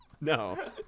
No